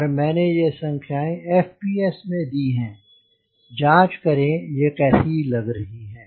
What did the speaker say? पर मैंने ये संख्याएँ FPS में दी हैं जाँच करें ये कैसी लग रही हैं